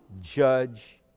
judge